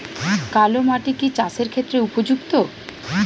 কালো মাটি কি চাষের ক্ষেত্রে উপযুক্ত?